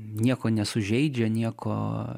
nieko nesužeidžia nieko